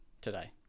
today